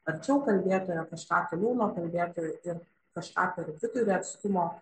arčiau kalbėtojo kažką toliau nuo kalbėtojo ir kažką per vidurį atstumo